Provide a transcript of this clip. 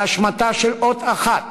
בהשמטה של אות אחת,